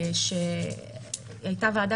שהייתה ועדה